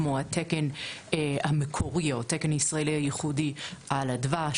כמו התקן המקורי או התקן הישראלי הייחודי על הדבש,